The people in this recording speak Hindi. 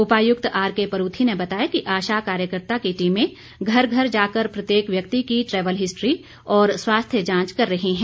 उपायुक्त आरके परूथी ने बताया कि आशा कार्यकर्ता की टीमें घर घर जाकर प्रत्येक व्यक्ति की ट्रैवल हिस्ट्री और स्वास्थ्य जांच कर रही हैं